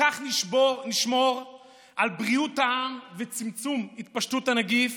בכך נשמור על בריאות העם וצמצום התפשטות הנגיף